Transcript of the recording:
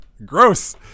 Gross